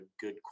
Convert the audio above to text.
good